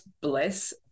bliss